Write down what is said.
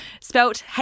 Spelt